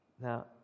Now